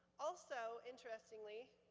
also interestingly,